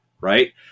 right